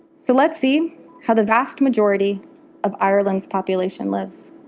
so let's see how the vast majority of ireland's population lives.